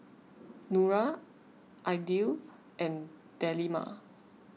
Nura Aidil and Delima